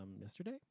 yesterday